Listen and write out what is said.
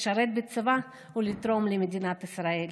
לשרת בצבא ולתרום למדינת ישראל.